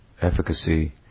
efficacy